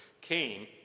came